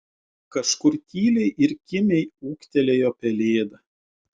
kažkur tyliai ir kimiai ūktelėjo pelėda